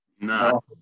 No